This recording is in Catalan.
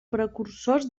precursors